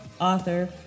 Author